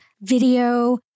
video